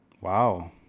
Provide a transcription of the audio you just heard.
Wow